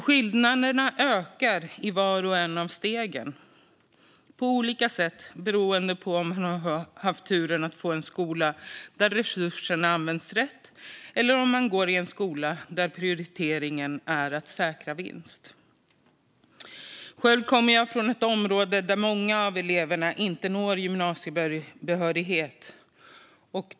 Skillnaderna ökar i vart och ett av stegen på olika sätt beroende på om man har turen att gå i en skola där resurserna används rätt eller om man går i en skola där prioriteringen är att säkra vinst. Själv kommer jag från ett område där många av eleverna inte når gymnasiebehörighet.